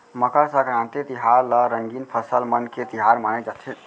मकर संकरांति तिहार ल रंगीन फसल मन के तिहार माने जाथे